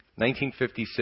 1956